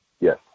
Yes